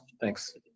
Thanks